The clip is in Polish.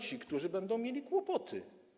Ci, którzy będą mieli kłopoty.